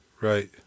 Right